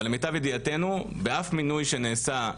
אבל למיטב ידיעתנו באף מינוי שנעשה,